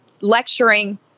lecturing